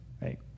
right